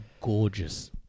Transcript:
gorgeous